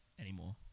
anymore